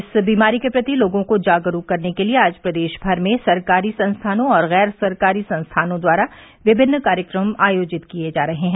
इस बीमारी के प्रति लोगों को जागरूक करने के लिए आज प्रदेश भर में सरकारी संस्थानों और गैर सरकारी संस्थाओं द्वारा विभिन्न कार्यक्रम आयोजित किए जा रहे हैं